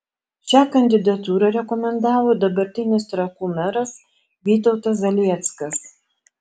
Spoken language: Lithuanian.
šią kandidatūrą rekomendavo dabartinis trakų meras vytautas zalieckas